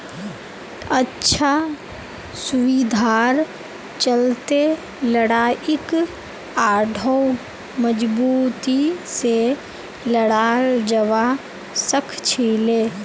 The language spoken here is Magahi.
अच्छा सुविधार चलते लड़ाईक आढ़ौ मजबूती से लड़ाल जवा सखछिले